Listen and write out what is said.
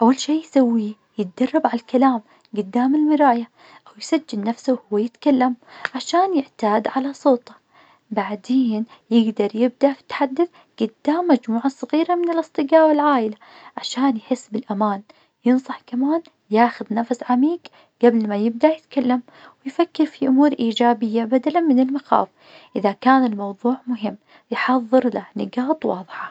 أول شي يسويه, يتدرب عالكلام قدام المراية, أويسجل نفسه وهو يتكلم, عشان يعتاد على صوته, بعدين يقدر يبدأ يتحدث قدام مجموعة صغيرة من الأصدقاء والعائلة, عشان يحس بالأمان, ينصح كمان ياخد نفس عميق قبل ما يبدأ يتكلم, ويفكر في أمور إيجابية بدلاً من المخاوف, إذا كان الموضوع مهم, يحضر له نقاط واضحة.